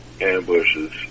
ambushes